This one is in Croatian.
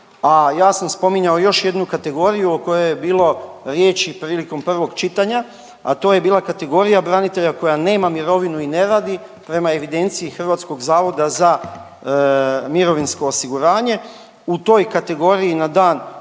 ja sam spominjao još jednu kategoriju o kojoj je bilo riječi prilikom prvog čitanja, a to je bila kategorija koja nema mirovinu i ne radi prema evidenciji HZMO-a. U toj kategoriji na dan